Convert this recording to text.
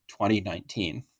2019